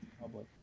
public